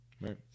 Right